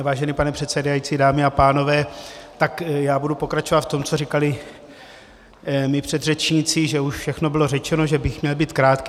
Vážený pane předsedající, dámy a pánové, já budu pokračovat v tom, co říkali mí předřečníci, že už všechno bylo řečeno, že bych měl být krátký.